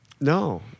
No